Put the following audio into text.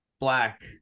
black